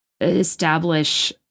establish